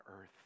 earth